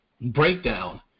breakdown